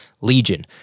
Legion